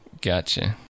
Gotcha